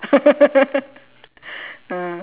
ah